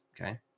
okay